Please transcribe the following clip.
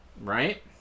Right